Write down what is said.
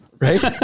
Right